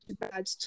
bad